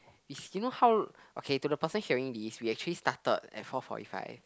it's you know how okay to the person hearing this we actually started at four forty five